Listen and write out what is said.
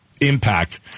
impact